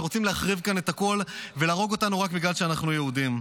שרוצים להחריב כאן את הכול ולהרוג אותנו רק בגלל שאנחנו יהודים.